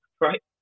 right